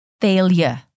failure